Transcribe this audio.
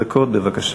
עשר דקות, בבקשה.